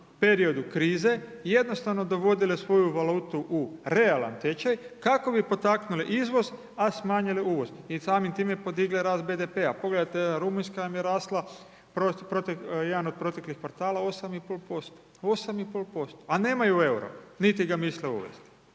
periodu krize jednostavno dovodile svoju valutu u realan tečaj, kako bi potaknule izvoz, a smanjile uvoz i samim time podigle razvoj BDP-a. Pogledajte Rumunjska vam je rasla jedan od proteklih kvartala 8,5%, 8,5% a nemaju EUR-o niti ga misle uvesti.